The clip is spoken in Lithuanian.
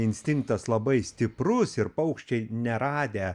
instinktas labai stiprus ir paukščiai neradę